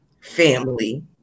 Family